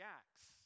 acts